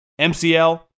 MCL